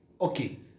okay